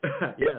Yes